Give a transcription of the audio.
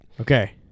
Okay